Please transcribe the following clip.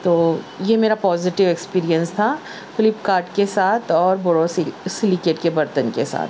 تو یہ میرا پازیٹیو ایکسپریئنس تھا فلپکارٹ کے ساتھ اور بوروسیل سلیکیٹ کے برتن کے ساتھ